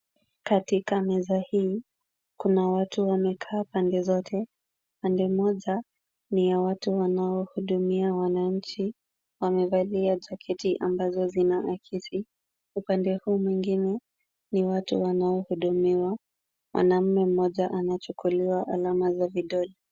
Katika meza hii, kuna watu wamekaa pande zote. Pande moja, ni ya watu wanaohudumia wananchi. Wamevalia jaketi ambazo zina akisi. Upande huu mwingine, ni watu wanaohudumiwa. Mwanaume mmoja anachukuliwa alama za vidole.